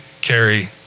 carry